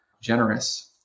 generous